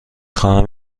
خواهم